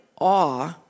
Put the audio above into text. awe